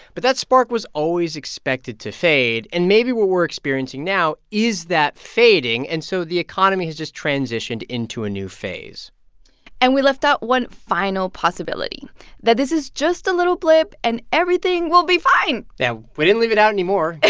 but that spark was always expected to fade. and maybe what we're experiencing now is that fading. and so the economy has just transitioned into a new phase and we left out one final possibility that this is just a little blip and everything will be fine yeah. we didn't leave it out anymore